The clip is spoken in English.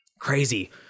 crazy